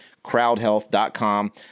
crowdhealth.com